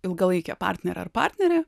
ilgalaikę partnerę ar partnerį